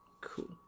Cool